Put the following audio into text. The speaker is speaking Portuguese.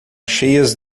cheias